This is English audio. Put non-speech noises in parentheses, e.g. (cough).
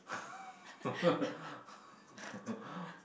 (laughs)